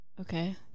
Okay